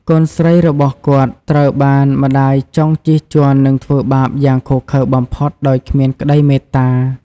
កូនស្រីរបស់គាត់ត្រូវបានម្តាយចុងជិះជាន់និងធ្វើបាបយ៉ាងឃោរឃៅបំផុតដោយគ្មានក្តីមេត្តា។